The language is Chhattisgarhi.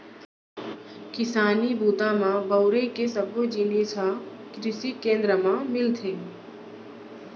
किसानी बूता म बउरे के सब्बो जिनिस ह कृसि केंद्र म मिलथे